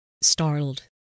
startled